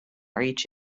reach